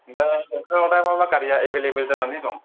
आमफ्राइ नोंथांनाव दा मा मा गारिआ एभेलेबेल जानानै दं